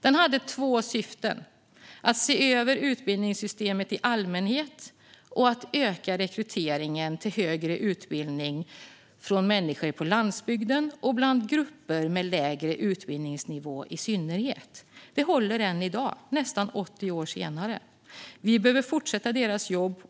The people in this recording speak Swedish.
Den hade två syften: att se över utbildningssystemet i allmänhet och att öka rekryteringen till högre utbildning för människor på landsbygden och bland grupper med lägre utbildningsnivå i synnerhet. Detta håller än i dag, nästan 80 år senare. Vi behöver fortsätta deras jobb.